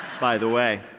by the way.